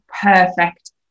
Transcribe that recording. perfect